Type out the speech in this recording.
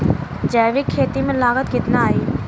जैविक खेती में लागत कितना आई?